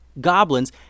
goblins